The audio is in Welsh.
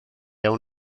awn